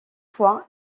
fois